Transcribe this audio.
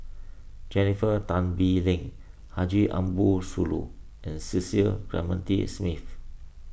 Jennifer Tan Bee Leng Haji Ambo Sooloh and Cecil Clementi Smith